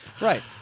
right